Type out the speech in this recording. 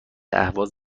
اهواز